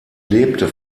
lebte